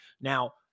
Now